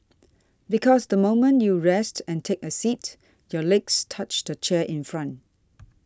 because the moment you rest and take a seat your legs touch the chair in front